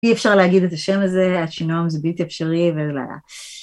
אי אפשר להגיד את השם הזה, השינועם זה בלתי אפשרי, ו..